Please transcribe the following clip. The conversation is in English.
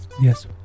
Yes